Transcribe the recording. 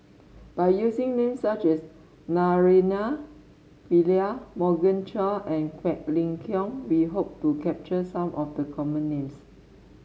by using names such as Naraina Pillai Morgan Chua and Quek Ling Kiong we hope to capture some of the common names